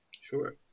Sure